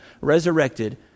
resurrected